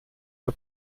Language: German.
der